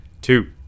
two